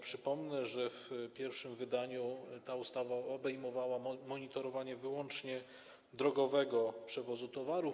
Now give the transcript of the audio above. Przypomnę, że w pierwszym wydaniu ta ustawa obejmowała monitorowanie wyłącznie drogowego przewozu towarów.